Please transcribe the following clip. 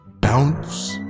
Bounce